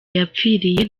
yapfiriye